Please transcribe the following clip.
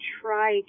try